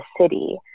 city